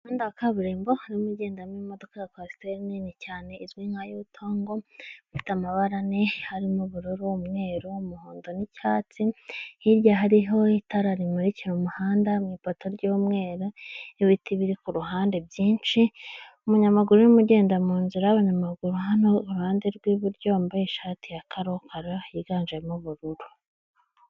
Umuhanda wa kaburimbo urimo ugendamo imodoka ya kwasiteri nini cyane izwi nka yutongo, ifite amabara ane harimo ubururu, umweru, umuhondo n'icyatsi, hirya hariho itara rimurikira umuhanda mu ipoto ry'umweru, n'ibiti biri ku ruhande byinshi, umunyamaguru urimo ugenda mu nzira y'abanyamaguru hano iruhande rw'iburyo, wambaye ishati ya karokaro yiganjemo ubururu.